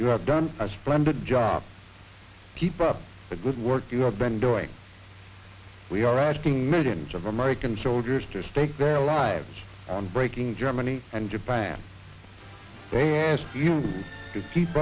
you have done a splendid job keep up the good work you have been doing we are asking millions of american soldiers to stake their lives on breaking germany and japan they ask you to keep